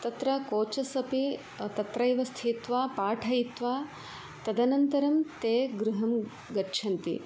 तत्र कोचस् अपि तत्रैव स्थित्वा पाठयित्वा तदनन्तरं ते गृहं गच्छन्ति